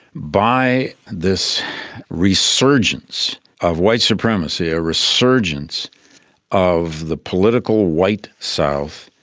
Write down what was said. by this resurgence of white supremacy, a resurgence of the political white south,